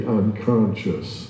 unconscious